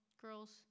girls